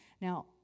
Now